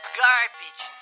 garbage